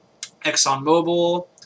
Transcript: ExxonMobil